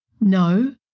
No